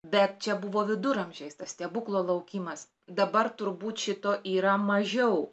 bet čia buvo viduramžiais tas stebuklo laukimas dabar turbūt šito yra mažiau